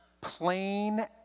plain